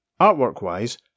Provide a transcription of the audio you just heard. Artwork-wise